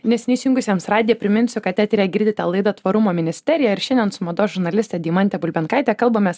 neseniai įsijungusiems radiją priminsiu kad eteryje girdite laidą tvarumo ministerija ir šiandien su mados žurnaliste deimante bulbenkaite kalbamės